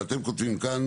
ואתם כותבים כאן